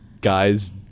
guys